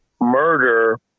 murder